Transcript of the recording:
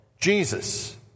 Jesus